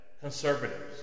conservatives